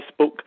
Facebook